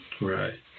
Right